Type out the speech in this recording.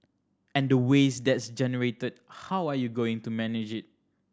and the waste that's generated how are you going to manage it